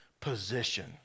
position